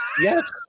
Yes